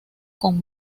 con